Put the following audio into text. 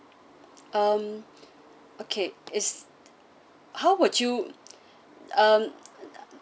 um okay is how would you um